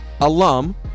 Alum